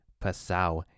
Passau